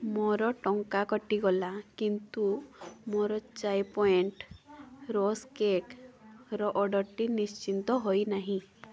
ମୋର ଟଙ୍କା କଟିଗଲା କିନ୍ତୁ ମୋର ଚାଏ ପଏଣ୍ଟ୍ ରସ୍କ କେକ୍ର ଅର୍ଡ଼ର୍ଟି ନିଶ୍ଚିତ ହେଇନାହିଁ